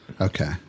Okay